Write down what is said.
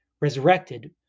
resurrected